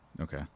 Okay